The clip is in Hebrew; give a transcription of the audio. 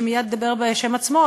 שמייד ידבר בשם עצמו,